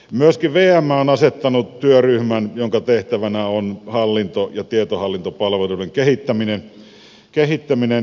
myöskin vm on asettanut työryhmän jonka tehtävänä on hallinto ja tietohallintopalveluiden kehittäminen